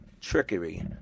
Trickery